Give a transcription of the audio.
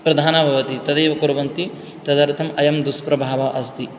प्रधाना भवति तदैव कुर्वन्ति तदर्थम् अयं दुष्प्रभाव अस्ति